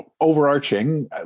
overarching